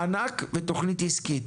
מענק ותוכנית עסקית.